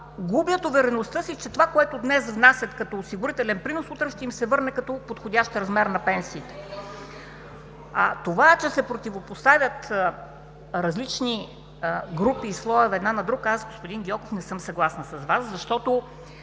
губят увереността си, че това, което днес внасят като осигурителен принос, утре ще им се върне като подходящ размер на пенсиите. Това, че се противопоставят различни групи и слоеве една на друга, аз не съм съгласна с Вас, господин